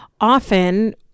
Often